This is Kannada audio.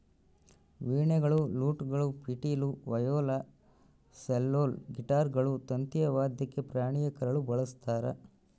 ವೀಣೆಗಳು ಲೂಟ್ಗಳು ಪಿಟೀಲು ವಯೋಲಾ ಸೆಲ್ಲೋಲ್ ಗಿಟಾರ್ಗಳು ತಂತಿಯ ವಾದ್ಯಕ್ಕೆ ಪ್ರಾಣಿಯ ಕರಳು ಬಳಸ್ತಾರ